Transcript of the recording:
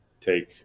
take